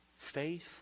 Faith